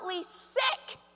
sick